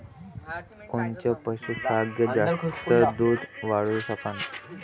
कोनचं पशुखाद्य जास्त दुध वाढवू शकन?